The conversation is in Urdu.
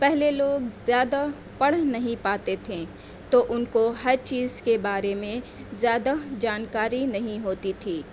پہلے لوگ زیادہ پڑھ نہیں پاتے تھے تو ان کو ہر چیز کے بارے میں زیادہ جانکاری نہیں ہوتی تھی